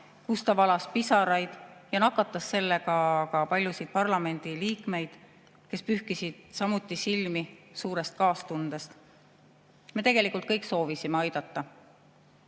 kus ta valas pisaraid ja nakatas sellega paljusid parlamendiliikmeid, kes pühkisid samuti silmi suurest kaastundest. Me tegelikult kõik soovisime aidata.